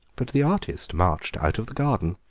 but the artist marched out of the garden.